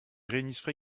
réunissent